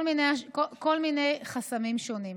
כל מיני חסמים שונים.